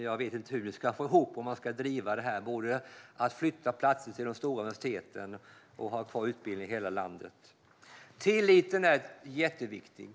Jag vet inte hur ni ska få ihop det om ni ska driva både att man ska flytta platser till de stora universiteten och att man ska ha kvar utbildning i hela landet. Tilliten är jätteviktig.